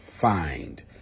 find